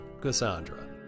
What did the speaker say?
Cassandra